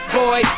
boy